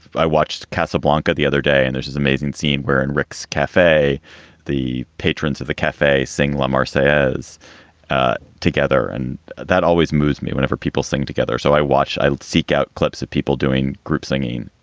i watched casablanca the other day and there's this amazing scene where in rick's cafe the patrons of the cafe sing lahmar says ah together. and that always moves me whenever people sing together. so i watch. i seek out clips of people doing group singing.